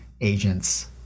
agents